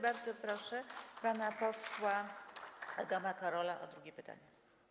Bardzo proszę pana posła Adama Korola o drugie pytanie.